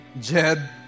Jed